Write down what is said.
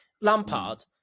lampard